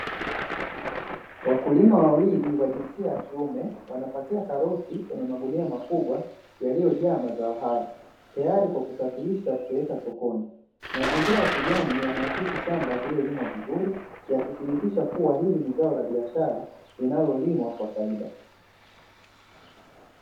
Wakulima wawili wa jinsia ya kiume wakiwa wanapakia karoti kwenye magunia makubwa yaliyojaa mazao haya tayari kwa kusafirisha kupeleka sokoni. Mazingira ya kijani yanaakisi shamba lililolimwa vizuri yakithibitisha kuwa hili ni zao la biashara linalolimwa kwa faida.